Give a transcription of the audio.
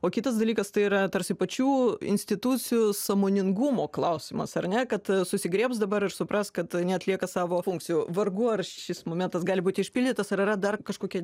o kitas dalykas tai yra tarsi pačių institucijų sąmoningumo klausimas ar ne kad susigriebs dabar ir supras kad neatlieka savo funkcijų vargu ar šis momentas gali būti išpildytas ar yra dar kažkokia